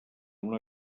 una